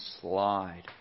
slide